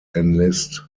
enlist